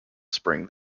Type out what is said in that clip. spring